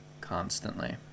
Constantly